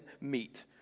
meet